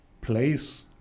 place